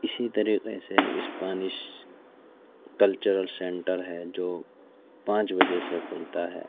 اسی طریقے سے اسپانش کلچرل سینٹر ہے جو پانچ بجے سے کھلتا ہے